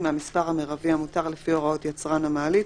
מהמספר המרבי המותר לפי הוראות יצרן המעלית,